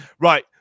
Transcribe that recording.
Right